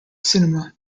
cinema